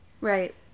Right